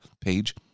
page